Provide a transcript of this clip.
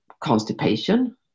constipation